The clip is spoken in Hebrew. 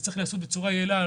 זה צריך להיעשות בצורה יעילה.